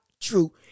true